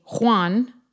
Juan